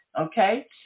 Okay